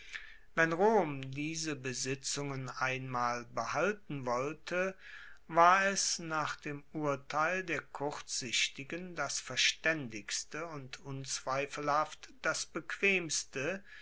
wenn rom diese besitzungen einmal behalten wollte war es nach dem urteil der kurzsichtigen das verstaendigste und unzweifelhaft das bequemste